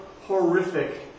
horrific